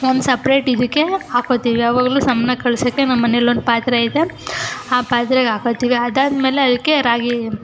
ಒಂದು ಸಪ್ರೇಟ್ ಇದಕ್ಕೆ ಹಾಕ್ಕೊಳ್ತೀವಿ ಯಾವಾಗಲೂ ಸಮನಾಗಿ ಕಳ್ಸೋಕ್ಕೆ ನಮ್ಮನೆಯಲ್ಲಿ ಒಂದು ಪಾತ್ರೆ ಐತೆ ಆ ಪಾತ್ರೆಗೆ ಹಾಕ್ಕೊಳ್ತೀವಿ ಅದಾದ್ಮೇಲೆ ಅದಕ್ಕೆ ರಾಗಿ